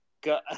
go